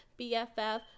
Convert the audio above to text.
bff